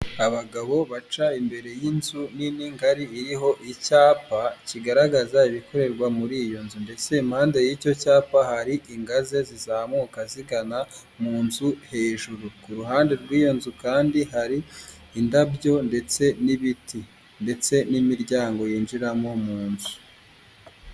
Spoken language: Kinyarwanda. Abagabo baca imbere y'inzu nini ngari iriho icyapa kigaragaza ibikorerwa muri iyo nzu ndetse impande y'icyo cyapa hari ingazi zizamuka zigana mu nzu hejuru ku ruhande rw'iyo nzu kandi hari indabyo ndetse n'ibiti ndetse n'imiryango yinjiramo mu nzu.